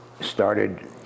started